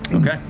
okay,